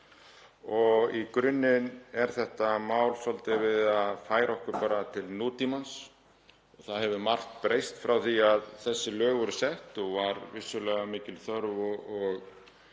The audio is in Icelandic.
Í grunninn snýst þetta mál svolítið um að færa okkur til nútímans. Það hefur margt breyst frá því að þessi lög voru sett og var vissulega mikil þörf